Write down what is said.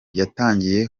yatangiye